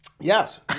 Yes